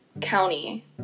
county